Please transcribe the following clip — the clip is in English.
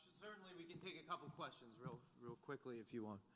certainly we can take a couple questions real real quickly if you want.